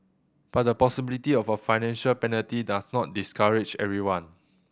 but the possibility of a financial penalty does not discourage everyone